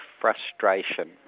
frustration